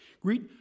Greet